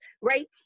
right